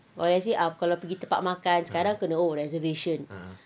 or let's say kalau pergi tempat makan ah sekarang kena oh reservations